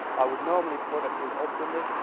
i would normally put a few hobs in this,